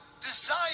desire